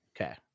Okay